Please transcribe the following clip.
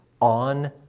on